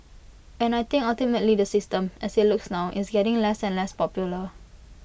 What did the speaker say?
and I think ultimately the system as IT looks now is getting less and less popular